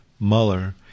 Mueller